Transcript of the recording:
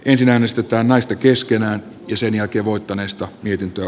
ensin äänestetään naista keskenään jäseniäkin voittaneesta mietintö